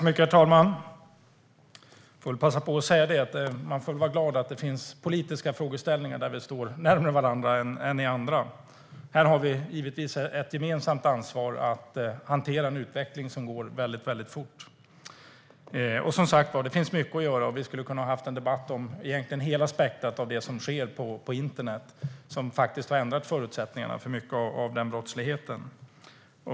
Herr talman! Jag vill passa på att säga att man får vara glad att det finns politiska frågeställningar där vi står nära varandra. Här har vi givetvis ett gemensamt ansvar att hantera en utveckling som går väldigt fort. Det finns mycket att göra, och vi skulle ha kunnat ha en debatt om hela spektrumet på internet. Internet har ändrat förutsättningarna för mycket av den brottslighet vi nu debatterar.